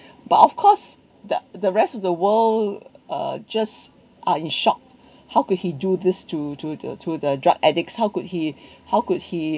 but of course the the rest of the world uh just are in shock how could he do this to to the to the drug addicts how could he how could he